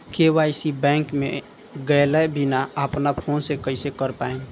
KYC bank मे गएले बिना अपना फोन से कइसे कर पाएम?